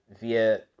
via